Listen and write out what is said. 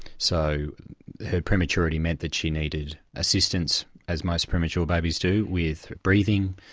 so her prematurity meant that she needed assistance, as most premature babies do, with breathing,